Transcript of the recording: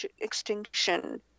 extinction